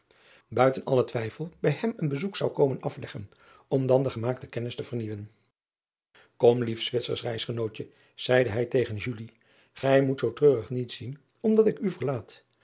buiten allen twijfel bij hem een bezoek zou komen afleggen om dan de gemaakte kennis te vernieuwen om lief witsersch eisgenootje zeide hij tegen ij moet zoo treurig niet zien omdat ik u verlaat